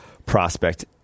prospect